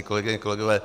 Kolegyně a kolegové.